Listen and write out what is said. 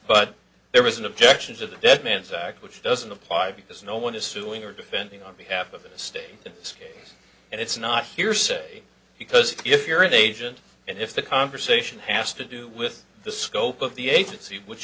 but there was an objection to the dead man's act which doesn't apply because no one is suing or defending on behalf of the state of this case and it's not hearsay because if you're an agent and if the conversation has to do with the scope of the agency which